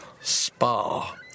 spa